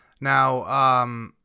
Now